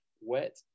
wet